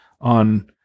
on